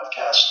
podcast